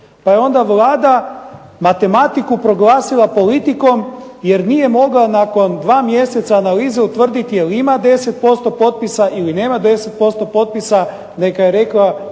Pa je onda Vlada matematiku proglasila politikom jer nije mogla nakon 2 mjeseca analize utvrditi jel ima 10% potpisa ili nema 10% potpisa nego je rekla